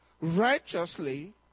righteously